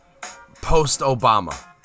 post-Obama